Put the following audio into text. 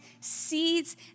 seeds